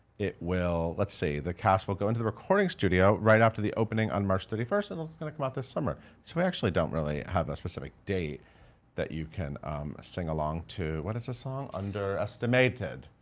it will, let's see. the cast will go into the recording studio right after the opening on march thirty first, and it's gonna come out this summer. so we actually don't really have a specific date that you can sing along to, what is the song? underestimated.